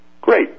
Great